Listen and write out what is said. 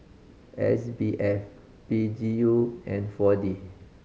S B F P G U and Four D